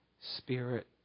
Spirit